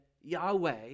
Yahweh